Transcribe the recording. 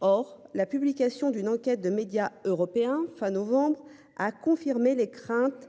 Or la publication d'une enquête de médias européens fin novembre a confirmé les craintes.